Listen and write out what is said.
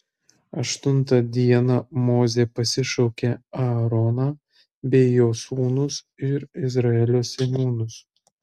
aštuntą dieną mozė pasišaukė aaroną bei jo sūnus ir izraelio seniūnus